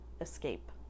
escape